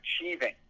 achieving